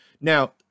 Now